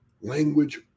language